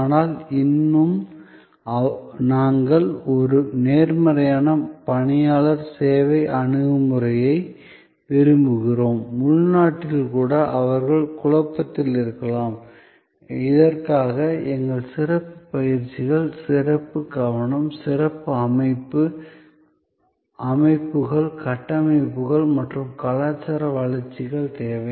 ஆனால் இன்னும் நாங்கள் ஒரு நேர்மறையான பணியாளர் சேவை அணுகுமுறையை விரும்புகிறோம் உள்நாட்டில் கூட அவர்கள் குழப்பத்தில் இருக்கலாம் இதற்காக எங்களுக்கு சிறப்பு பயிற்சிகள் சிறப்பு கவனம் சிறப்பு அமைப்பு அமைப்புகள் கட்டமைப்புகள் மற்றும் கலாச்சார வளர்ச்சிகள் தேவை